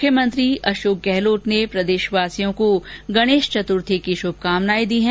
मुख्यमंत्री श्री अशोक गहलोत ने प्रदेशवासियों को गणेश चतुर्थी की शुभकामनाएं दी हैं